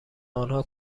آنها